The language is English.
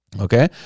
Okay